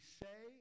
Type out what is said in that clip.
say